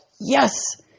yes